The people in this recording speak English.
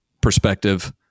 perspective